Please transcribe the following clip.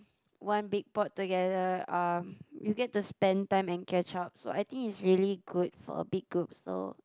one big pot together um you get to spend time and catch up so I think it's really good for a big group so